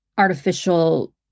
artificial